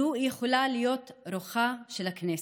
זו יכולה להיות רוחה של הכנסת,